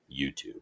YouTube